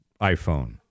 iPhone